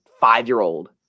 five-year-old